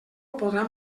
podrà